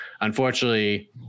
Unfortunately